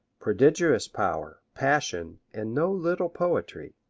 prodigious power, passion and no little poetry.